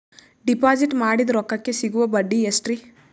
Deposit ಮಾಡಿದ ರೊಕ್ಕಕೆ ಸಿಗುವ ಬಡ್ಡಿ ಎಷ್ಟ್ರೀ?